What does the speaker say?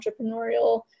entrepreneurial